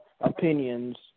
opinions